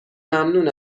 ممنون